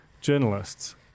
journalists